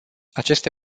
aceste